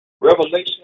Revelation